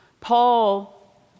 Paul